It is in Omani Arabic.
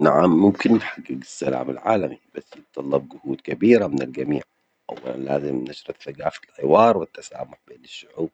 نعم، ممكن نحجج السلام العالمي، بس يتطلب جهود كبيرة من الجميع، أولًا لازم الناس تتجه للحوار والتسامح بين الشعوب